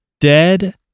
dead